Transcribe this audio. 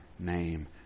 Name